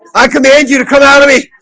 i command you to come out of me